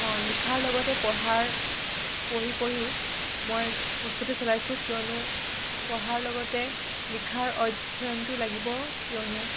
অঁ লিখাৰ লগতে পঢ়াৰ পঢ়ি পঢ়িও মই প্ৰস্তুতি চলাইছোঁ কিয়নো পঢ়াৰ লগতে লিখাৰ অধ্যয়নটো লাগিব কিয়নো